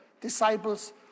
disciples